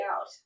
out